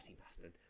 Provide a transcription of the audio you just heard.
bastard